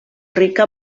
rica